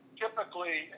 typically